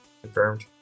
Confirmed